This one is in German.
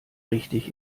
richtig